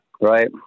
right